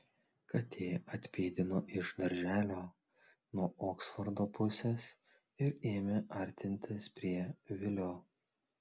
katė atpėdino iš darželio nuo oksfordo pusės ir ėmė artintis prie vilio